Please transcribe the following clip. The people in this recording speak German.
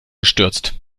gestürzt